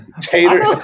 Taters